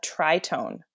tritone